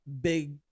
big